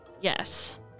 Yes